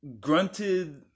grunted